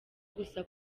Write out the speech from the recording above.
gusa